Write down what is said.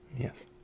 Yes